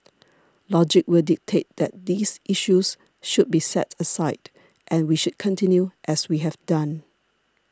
logic will dictate that these issues should be set aside and we should continue as we have done